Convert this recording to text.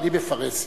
בלי "בפרהסיה".